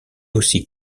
aussi